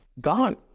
Gone